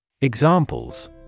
Examples